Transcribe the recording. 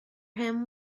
him